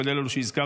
כולל אלה שהזכרת,